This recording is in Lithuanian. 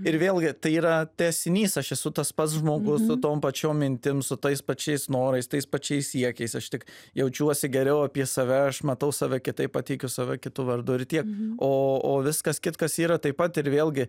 ir vėlgi tai yra tęsinys aš esu tas pats žmogus su tom pačiom mintim su tais pačiais norais tais pačiais siekiais aš tik jaučiuosi geriau apie save aš matau save kitaip pateikiu save kitu vardu ir tiek o o viskas kitkas yra taip pat ir vėlgi